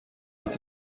als